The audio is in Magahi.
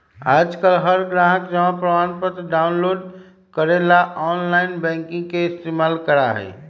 आजकल हर ग्राहक जमा प्रमाणपत्र डाउनलोड करे ला आनलाइन बैंकिंग के इस्तेमाल करा हई